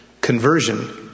conversion